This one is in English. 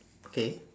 okay